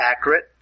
accurate